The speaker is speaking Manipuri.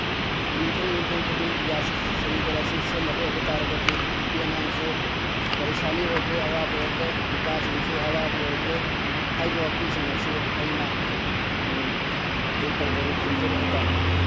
ꯌꯨꯝꯊꯣꯡ ꯌꯨꯝꯊꯣꯡ ꯈꯨꯗꯤꯡꯒꯤ ꯒ꯭ꯌꯥꯁ ꯁꯤꯂꯤꯟꯗꯔ ꯑꯁꯤ ꯁꯤꯖꯤꯟꯅꯕ ꯑꯣꯏꯕ ꯇꯥꯔꯒꯗꯤ ꯅꯨꯄꯤ ꯑꯉꯥꯡꯁꯨ ꯄꯔꯦꯁꯥꯅꯤ ꯑꯣꯏꯗ꯭ꯔꯦ ꯑꯋꯥꯕ ꯑꯣꯏꯗ꯭ꯔꯦ ꯅꯨꯄꯥꯁꯤꯡꯁꯨ ꯑꯋꯥꯕ ꯑꯣꯏꯗ꯭ꯔꯦ ꯍꯥꯏꯕ ꯋꯥꯐꯝꯁꯤꯡ ꯑꯁꯤ ꯑꯩꯅ ꯑꯥꯄꯤꯜ ꯇꯧꯖꯔꯤ ꯊꯝꯖꯔꯤ ꯍꯥꯏꯕ ꯇꯥꯔꯦ